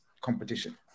competition